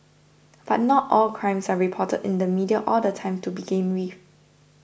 but not all crimes are reported in the media all the time to begin with